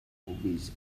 movies